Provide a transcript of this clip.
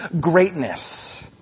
greatness